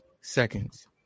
seconds